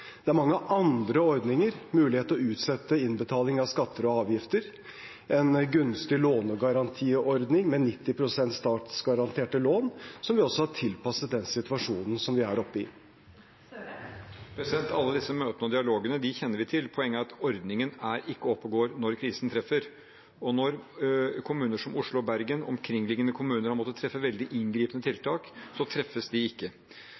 Det er mange andre ordninger – mulighet til å utsette innbetaling av skatter og avgifter, en gunstig lånegarantiordning med 90 pst. statsgaranterte lån – som vi også har tilpasset den situasjonen vi er oppe i. Alle disse møtene og dialogene kjenner vi til. Poenget er at ordningen ikke er oppe og går når krisen treffer. Og når kommuner som Oslo og Bergen og omkringliggende kommuner har måttet treffe veldig inngripende tiltak, så treffer de ikke.